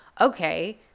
okay